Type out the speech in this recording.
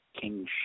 king